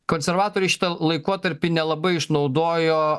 konservatoriai šitą laikotarpį nelabai išnaudojo